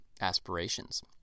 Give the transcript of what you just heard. aspirations